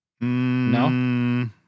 No